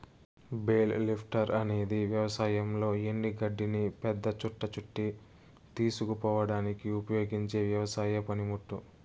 bale lifter అనేది వ్యవసాయంలో ఎండు గడ్డిని పెద్ద చుట్ట చుట్టి తీసుకుపోవడానికి ఉపయోగించే వ్యవసాయ పనిముట్టు